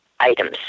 items